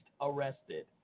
arrested